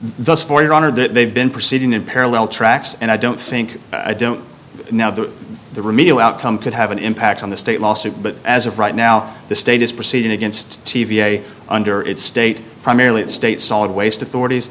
those for your honor that they've been proceeding in parallel tracks and i don't think i don't know that the remedial outcome could have an impact on the state lawsuit but as of right now the state is proceeding against t v a under its state primarily its state solid waste authorities